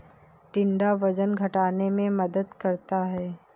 टिंडा वजन घटाने में मदद करता है